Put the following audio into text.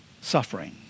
suffering